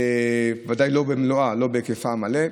ודאי לא במלואה, לא בהיקפה המלא.